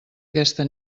aquesta